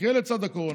תחיה לצד הקורונה,